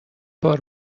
بار